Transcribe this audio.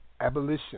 Abolition